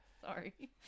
Sorry